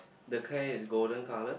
the hair is golden colour